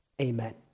Amen